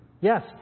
Yes